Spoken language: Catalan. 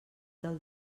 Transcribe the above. del